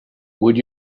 would